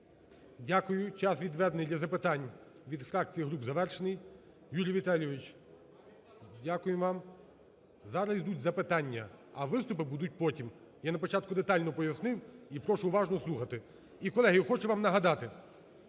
Дякую. Час, відведений для запитань від фракцій і груп, завершений. Юрій Віталійович, дякуємо вам. Зараз йдуть запитання, а виступи будуть потім. Я на початку детально пояснив, і прошу уважно слухати. І, колеги, хочу вам нагадати,